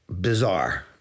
bizarre